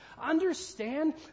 understand